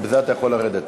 בזה אתה יכול לרדת.